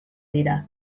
dira